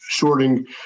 shorting